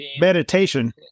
Meditation